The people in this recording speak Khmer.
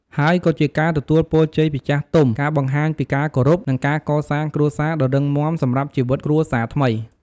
ហើយក៏ជាការទទួលពរជ័យពីចាស់ទុំ ការបង្ហាញពីការគោរព និងការកសាងគ្រួសារដ៏រឹងមាំសម្រាប់ជីវិតគ្រួសារថ្មី។